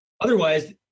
otherwise